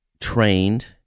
trained